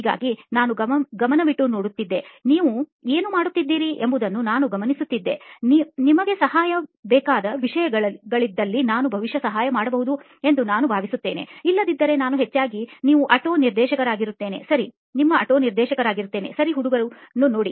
ಹಾಗಾಗಿ ನಾನು ಗಮನವಿಟ್ಟು ನೋಡುತ್ತಿದೆನೀವು ಏನು ಮಾಡುತ್ತಿದ್ದೀರಿ ಎಂಬುದನ್ನು ನಾನು ಗಮನಿಸುತ್ತಿದ್ದೇನೆ ನಿಮಗೆ ಸಹಾಯ ಬೇಕಾದ ವಿಷಯಗಳಿದ್ದಲ್ಲಿ ನಾನು ಬಹುಶಃ ಸಹಾಯ ಮಾಡಬಹುದು ಎಂದು ನಾನು ಭಾವಿಸುತ್ತೇನೆ ಇಲ್ಲದಿದ್ದರೆ ನಾನು ಹೆಚ್ಚಾಗಿ ನೀವು ಆಟೋ ನಿರ್ದೇಶಕರಾಗಿರುತ್ತೇನೆ ಸರಿ ಹುಡುಗರನ್ನು ನೋಡಿ